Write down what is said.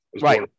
Right